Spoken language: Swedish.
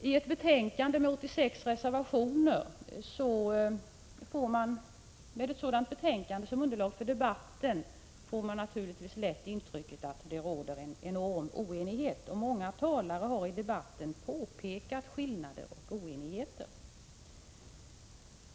Med ett betänkande med 86 reservationer som underlag för debatten får man naturligtvis lätt intrycket att det råder en enorm oenighet. Många talare har i debatten påpekat skillnader och oenighet.